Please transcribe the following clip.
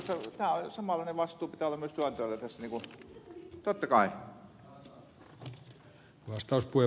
minusta samanlainen vastuu pitää olla myös työnantajalla tässä niin kuin